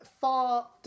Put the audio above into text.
far